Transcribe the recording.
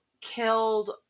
killed